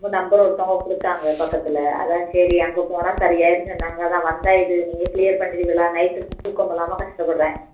உங்கள் நம்பர் ஒருத்தங்க கொடுத்தாங்க பக்கத்தில் அதுதான் சரி அங்கே போனால் சரி ஆயிடும் சொன்னாங்க அதுதான் வந்தால் இது நீங்கள் க்ளியர் பண்ணிடுவீங்களா நைட்டு தூக்கம் இல்லாமல் கஷ்டப்படுறேன்